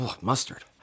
mustard